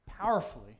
powerfully